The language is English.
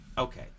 Okay